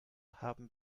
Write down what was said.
haben